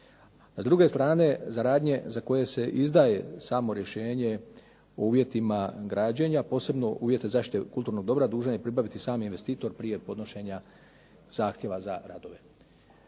s druge strane za radnje za koje se izdaje samo rješenje o uvjetima građenja, posebno uvjete zaštite kulturnog dobra dužan je pribaviti sami investitor prije podnošenja zahtjeva za radove.